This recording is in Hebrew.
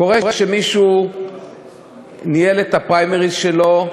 קורה שמישהו ניהל את הפריימריז שלו,